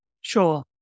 Sure